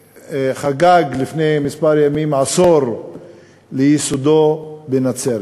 שחגג לפני כמה ימים עשור לייסודו, בנצרת.